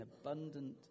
abundant